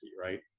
right